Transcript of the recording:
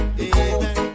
amen